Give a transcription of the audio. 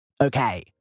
Okay